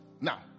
Now